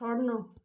छोड्नु